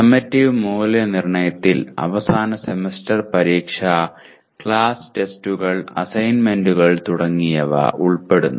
summative മൂല്യനിർണ്ണയത്തിൽ അവസാന semester പരീക്ഷ ക്ലാസ് ടെസ്റ്റുകൾ അസൈൻമെന്റുകൾ തുടങ്ങിയവ ഉൾപ്പെടുന്നു